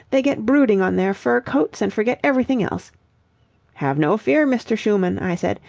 they get brooding on their fur coats and forget everything else have no fear, mr. schumann i said.